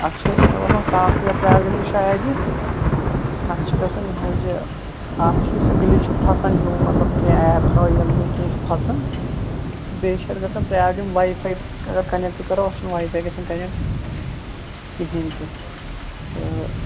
اَتھ چھِ مےٚ باسان سافٹہٕ وِیٚر پرٛابلِمٕے شایَد یہِ اَتھ چھُ گَژھان یہِ حظ یہِ اَتھ چھُ یہِ سُہ گِلِچ ہِیٛوٗ پھسان ہِیٛوٗ مَطلَب کیٚنٛہہ ایٚپ ترٛاوَو ییٚلہٕ یا کیٚنٛہہ چھُ پھسان بیٚیہِ چھِ اَتھ گَژھان پرٛابلِم واے فاے اگر کَنیٚکٹ کَرو اَتھ چھُنہٕ واے فاے گَژھان کَنیٚکٹ کِہیٖنٛۍ تہِ تہٕ